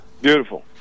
Beautiful